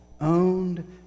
owned